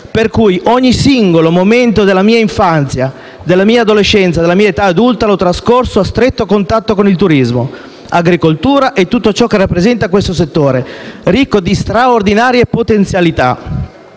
per cui, ogni singolo momento della mia infanzia, dell'adolescenza e dell'età adulta l'ho trascorso a stretto contatto con il turismo e l'agricoltura e tutto ciò che rappresentano questi settori, ricchi di straordinarie potenzialità,